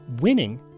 Winning